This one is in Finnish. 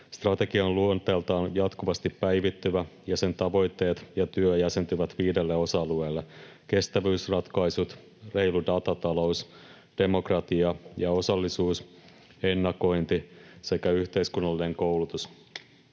Strategia on luonteeltaan jatkuvasti päivittyvä, ja sen tavoitteet ja työ jäsentyvät viidelle osa-alueelle: kestävyysratkaisut, reilu datatalous, demokratia ja osallisuus, ennakointi sekä yhteiskunnallinen koulutus.